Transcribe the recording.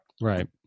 Right